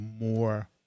More